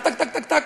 טק-טק-טק-טק-טק,